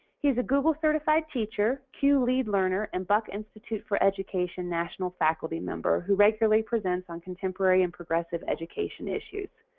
he's a google certified teacher, cue lead learner and buck institute for education national faculty member who regularly present on contemporary and progressive education issues.